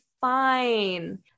fine